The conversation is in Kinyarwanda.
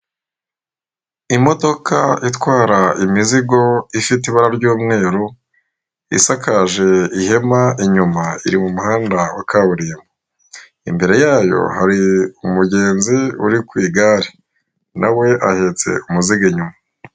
Imodoka itwara imizigo ifite ibara ry'umweru isakaje ihema inyuma iri mu muhanda wa kaburimbo, imbere yayo hari umugenzi uri ku igare na we ahetse umuzingo inyuma.